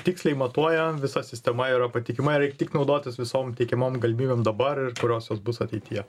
tiksliai matuoja visa sistema yra patikima i reik tik naudotis visom teikiamom galimybėm dabar ir kurios jis bus ateityje